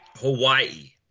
Hawaii